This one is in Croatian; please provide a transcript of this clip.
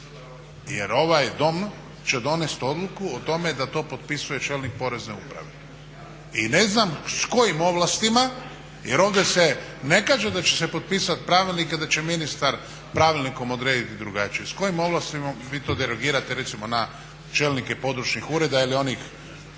Jer ovaj Dom će donest odluku o tome da to potpisuje čelnik Porezne uprave i ne znam s kojim ovlastima jer ovdje se ne kaže da će se potpisati pravilnik da će ministar pravilnikom odrediti drugačije. S kojim ovlastima vi to derogirate recimo na čelnike područnih ureda ili onih 5